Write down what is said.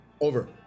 Over